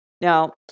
Now